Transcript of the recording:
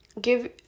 give